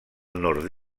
nord